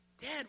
Dad